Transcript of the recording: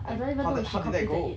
and how th~ how did that go